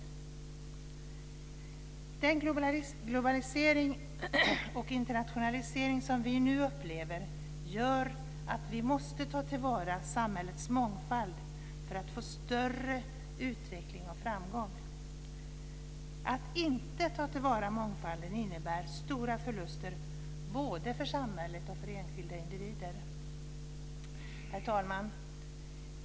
Den globalisering och internationalisering som vi nu upplever gör att vi måste ta till vara samhällets mångfald för att få större utveckling och framgång. Att inte ta till vara mångfalden innebär stora förluster både för samhället och för enskilda individer. Herr talman!